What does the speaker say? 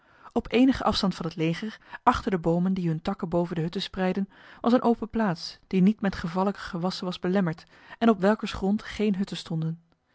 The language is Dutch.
op enige afstand van het leger achter de bomen die hun takken boven de hutten spreidden was een open plaats die niet met gevallijke gewassen was belemmerd en op welkers grond geen hutten stonden